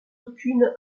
aucune